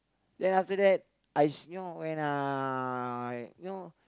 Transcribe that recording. then after that I you know when uh you know